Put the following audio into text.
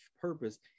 purpose